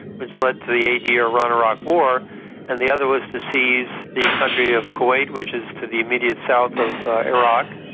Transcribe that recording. which led to the eight-year iran-iraq war and the other was to seize the country of kuwait, which is to the immediate south of iraq,